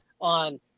on